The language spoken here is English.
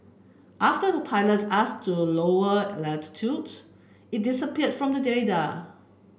after the pilot asked to lower it disappeared from the